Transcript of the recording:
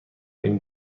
این